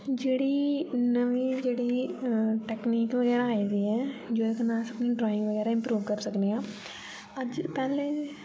जेह्ड़ी नमीं जेह्ड़ी टेकनिक बगैरा आई दी ऐ जेह्दे कन्नै अस ड्राइंग बगैरा बी ड्रा करी सकने आं अज्ज पैह्ले